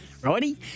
righty